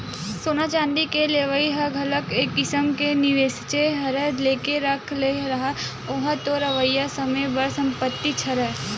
सोना चांदी के लेवई ह घलो एक किसम के निवेसेच हरय लेके रख ले रहा ओहा तोर अवइया समे बर संपत्तिच हरय